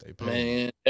Man